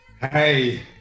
Hey